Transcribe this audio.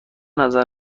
نظر